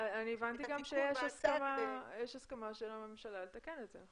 אני גם הבנתי שיש הסכמה של הממשלה לתקן את זה.